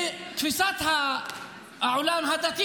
לפחות תן לעצמך,